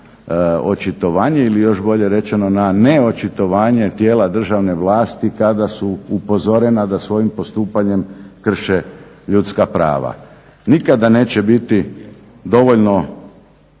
očitovanje ili još bolje rečeno na ne očitovanje tijela državne vlasti kada su upozorena da svojim postupanjem krše ljudska prava. Nikada neće biti dovoljno